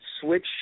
switch